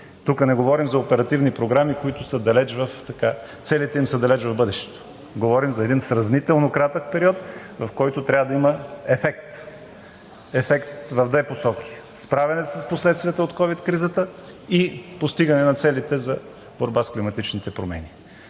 Тук не говорим за оперативни програми, на които целите им са далеч в бъдещето. Говорим за един сравнително кратък период, в който трябва да има ефект. Ефект в две посоки – справяне с последствията от ковид кризата и постигане на целите за борба с климатичните промени.